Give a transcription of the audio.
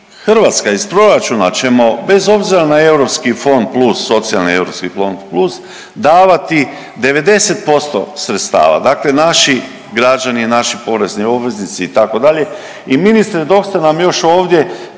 Hrvatska iz proračuna ćemo bez obzira na Europski fond plus, socijalni Europski fond fond davati 90% sredstava, dakle naši građani, naši porezni obveznici itd. i ministre nedostaje nam još ovdje